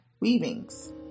weavings